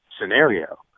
scenario